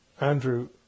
Andrew